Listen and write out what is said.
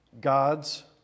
god's